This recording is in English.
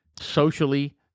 Socially